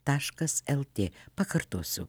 taškas lt pakartosiu